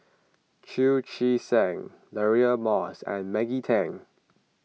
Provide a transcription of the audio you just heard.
Chu Chee Seng Deirdre Moss and Maggie Teng